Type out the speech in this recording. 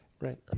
Right